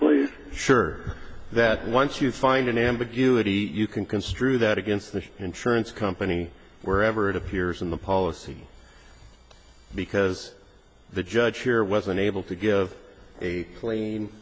m sure that once you find an ambiguity you can construe that against the insurance company wherever it appears in the policy because the judge here was unable to give a pla